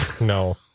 no